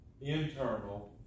internal